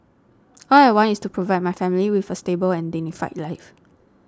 all I want is to provide my family with a stable and dignified life